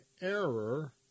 error